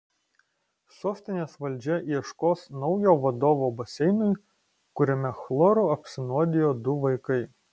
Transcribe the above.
sostinės valdžia ieškos naujo vadovo baseinui kuriame chloru apsinuodijo du vaikai